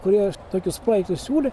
kurie tokius projektus siūlė